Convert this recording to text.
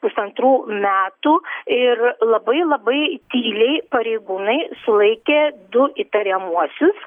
pusantrų metų ir labai labai tyliai pareigūnai sulaikė du įtariamuosius